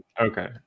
okay